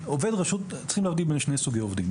צריך להבדיל בין שני סוגי עובדים.